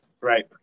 Right